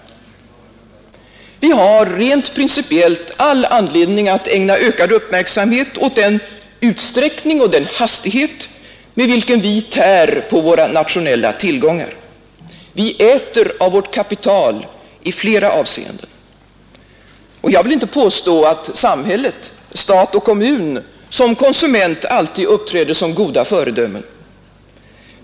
Vi har, rent principiellt, all anledning att ägna ökad uppmärksamhet åt den utsträckning och den hastighet med vilken vi tär på våra resurser. Vi äter av vårt kapital i flera avseenden. Och jag vill inte påstå att samhället, stat och kommun som konsument alltid uppträder som ett gott föredöme.